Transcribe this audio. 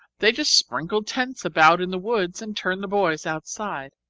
they just sprinkle tents about in the woods and turn the boys outside.